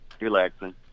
Relaxing